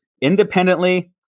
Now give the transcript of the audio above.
independently